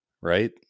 right